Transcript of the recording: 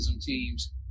teams